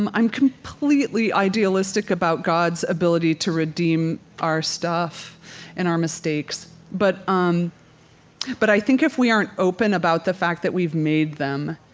i'm i'm completely idealistic about god's ability to redeem our stuff and our mistakes, but um but i think if we aren't open about the fact that we've made them,